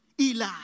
Eli